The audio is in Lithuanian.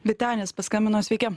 vytenis paskambino sveiki